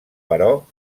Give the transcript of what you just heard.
però